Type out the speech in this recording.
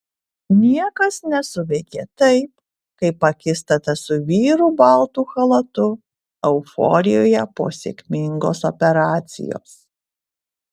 niekas nesuveikė taip kaip akistata su vyru baltu chalatu euforijoje po sėkmingos operacijos